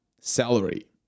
salary